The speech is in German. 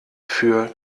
für